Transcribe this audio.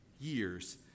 years